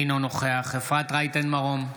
אינו נוכח אפרת רייטן מרום,